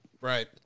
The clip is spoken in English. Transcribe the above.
Right